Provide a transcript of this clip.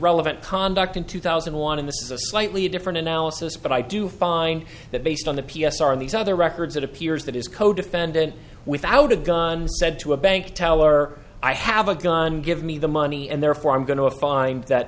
relevant conduct in two thousand and one in this is a slightly different analysis but i do find that based on the p s are in these other records it appears that his codefendant without a gun said to a bank teller i have a gun give me the money and therefore i'm going to find that